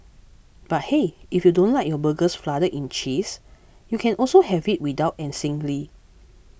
but hey if you don't like your burgers flooded in cheese you can also have it without and singly